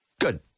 Good